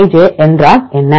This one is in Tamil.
Fij என்றால் என்ன